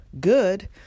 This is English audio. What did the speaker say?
good